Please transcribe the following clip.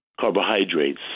carbohydrates